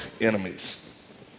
enemies